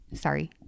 sorry